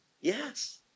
Yes